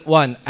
one